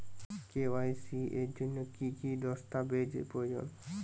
KYC এর জন্যে কি কি দস্তাবেজ প্রয়োজন?